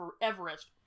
Everest